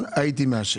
הייתי מאשר,